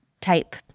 type